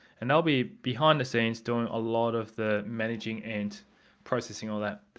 and i'll be behind the scenes doing a lot of the managing and processing all that.